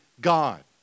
God